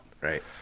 right